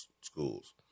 schools